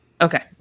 Okay